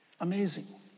amazing